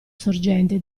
sorgente